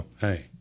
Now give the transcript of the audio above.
hey